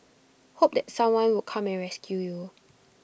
hope that someone would come and rescue you